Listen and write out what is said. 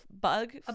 bug